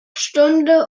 stunde